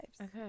okay